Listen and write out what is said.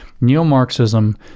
neo-Marxism